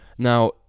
Now